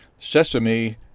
sesame